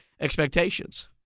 expectations